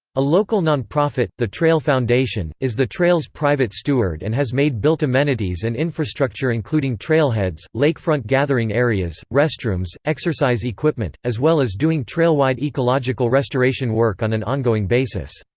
a local nonprofit, the trail foundation, is the trail's private steward and has made built amenities and infrastructure including trailheads, lakefront gathering areas, restrooms, exercise equipment, as well as doing trailwide ecological restoration work on an ongoing basis.